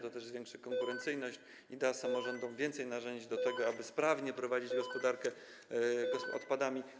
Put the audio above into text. To też zwiększy konkurencyjność i da samorządom więcej narzędzi do tego, aby sprawnie prowadziły gospodarkę odpadami.